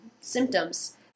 symptoms